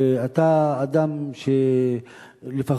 ואתה אדם שלפחות